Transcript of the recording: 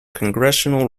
congressional